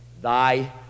thy